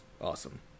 awesome